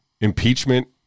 impeachment